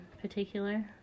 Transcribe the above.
particular